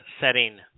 setting